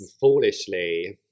Foolishly